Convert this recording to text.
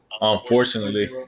Unfortunately